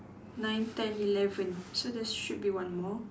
nine ten eleven so there's should be one more